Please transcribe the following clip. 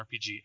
RPG